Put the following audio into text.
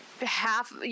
half